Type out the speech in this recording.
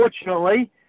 unfortunately